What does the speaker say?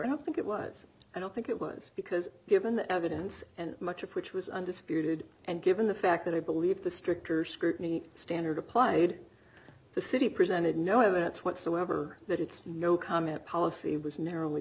i don't think it was i don't think it was because given the evidence and much of which was undisputed and given the fact that i believe the stricter scrutiny standard applied the city presented no evidence whatsoever that its no comment policy was narrowly